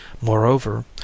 Moreover